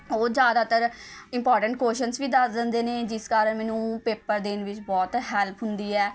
ਉਹ ਜ਼ਿਆਦਾਤਰ important questions ਵੀ ਦੱਸ ਦਿੰਦੇ ਨੇ ਜਿਸ ਕਾਰਨ ਮੈਨੂੰ ਪੇਪਰ ਦੇਣ ਵਿੱਚ ਬਹੁਤ ਹੈਲਪ ਹੁੰਦੀ ਹੈ